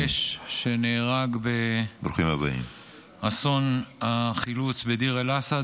לוחם האש שנהרג באסון החילוץ בדיר אל-אסד.